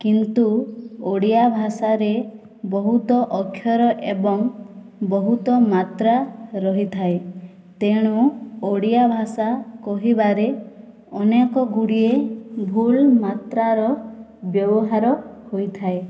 କିନ୍ତୁ ଓଡ଼ିଆ ଭାଷାରେ ବହୁତ ଅକ୍ଷର ଏବଂ ବହୁତ ମାତ୍ରା ରହିଥାଏ ତେଣୁ ଓଡ଼ିଆ ଭାଷା କହିବାରେ ଅନେକ ଗୁଡ଼ିଏ ଭୁଲ ମାତ୍ରାର ବ୍ୟବହାର ହୋଇଥାଏ